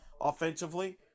offensively